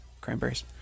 cranberries